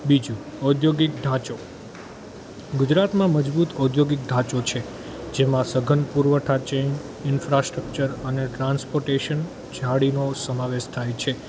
બીજું ઔદ્યોગિક ઢાંચો ગુજરાતમાં મજબૂત ઔદ્યોગિક ઢાંચો છે જેમાં સઘન પુરવઠા ચેન ઇન્ફ્રાસ્ટ્રક્ચર અને ટ્રાન્સપોટેસન જાળીનો સમાવેશ થાય છે